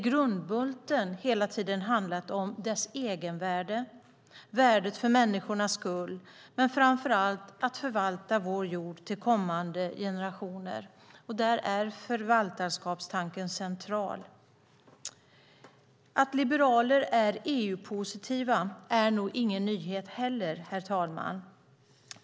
Grundbulten har hela tiden handlat om naturens egenvärde, värdet för människornas skull, och framför allt att förvalta vår jord för kommande generationer. Där är förvaltarskapstanken central. Att liberaler är EU-positiva är nog ingen nyhet heller, herr talman.